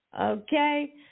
Okay